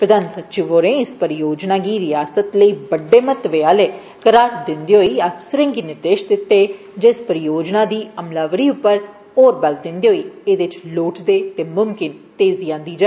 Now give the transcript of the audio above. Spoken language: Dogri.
प्रधान संचिव होरें इस परियोजनां गी रियासता लेई बड्डे महैत्व आहला करार दिन्दे होई अफसरे गी निर्देश दिते जे इस परियोजनां दी अमलावरी उप्पर होर बल दिन्दे होई एदे च लोड़चदी मुमकन तेजी आन्दी जा